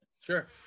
sure